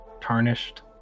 tarnished